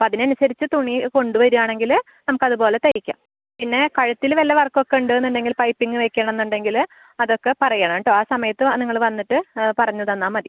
അതിനനുസരിച്ച് തുണി കൊണ്ട് വരാണെങ്കിൽ നമുക്കത് പോലെ തയ്ക്കാം പിന്നെ കഴുത്തിൽ വല്ല വർക്കൊക്കെ ഉണ്ടൂന്നുണ്ടെങ്കിൽ പൈപ്പിംഗ് വെക്കണന്നുണ്ടെങ്കിൽ അതൊക്കെ പറയണേട്ടോ ആ സമയത്ത് നിങ്ങൾ വന്നിട്ട് പറഞ്ഞ് തന്നാൽ മതി